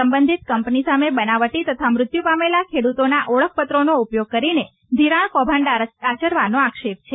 સંબંધીત કંપની સામે બનાવટી તથા મૃત્યુ પામેલા ખેડૂતોના ઓળખપત્રોનો ઉપયોગ કરીને ધિરાણ કૌભાંડ આચરવાનો આક્ષેપ છે